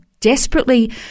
desperately